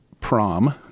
Prom